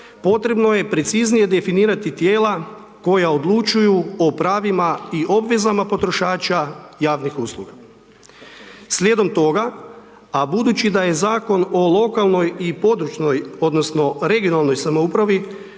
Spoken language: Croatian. potrebno je preciznije definirati tijela koje odlučuju o pravima i obveza potrošača javnih usluga. Slijedom toga, a budući da je Zakon o lokalnoj i područnoj, odnosno regionalnoj samoupravi,